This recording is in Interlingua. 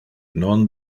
non